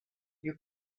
you